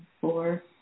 Four